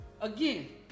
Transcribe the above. Again